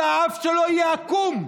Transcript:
שהאף שלו יהיה עקום,